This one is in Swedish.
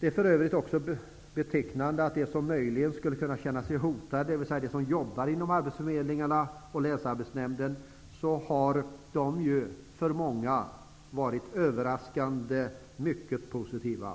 Det är för övrigt också betecknande att de som möjligen skulle kunna känna sig hotade, dvs. de som jobbar inom arbetsförmedlingarna och länsarbetsnämnderna, överraskande nog har varit mycket positiva.